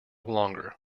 longer